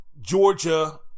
Georgia